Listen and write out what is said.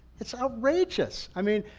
it's outrageous. i mean,